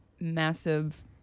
massive